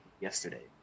yesterday